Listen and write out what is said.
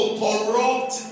corrupt